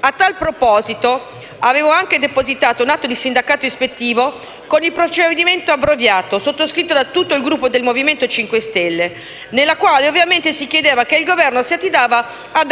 A tal proposito, avevo anche depositato un atto di sindacato ispettivo con procedimento abbreviato, sottoscritto da tutto il Gruppo Movimento 5 Stelle, nel quale si chiedeva che il Governo desse